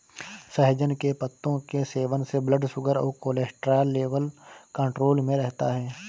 सहजन के पत्तों के सेवन से ब्लड शुगर और कोलेस्ट्रॉल लेवल कंट्रोल में रहता है